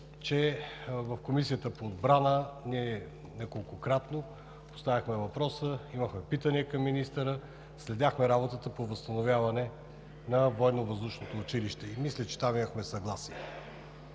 че в Комисията по отбрана неколкократно поставяхме въпроса, имахме питания към министъра, следяхме работата по възстановяване на военновъздушното училище и мисля, че там имахме съгласие.